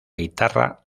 guitarra